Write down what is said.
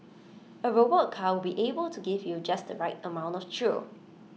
A robot car would be able to give you just the right amount of thrill